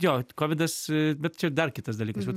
jo kovidas bet čia dar kitas dalykas vat